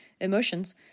emotions